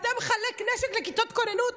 אתה מחלק נשק לכיתות כוננות,